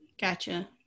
Gotcha